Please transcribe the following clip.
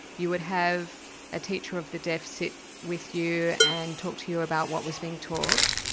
you would have a teacher of the deaf sit with you and talk to you about what was being taught.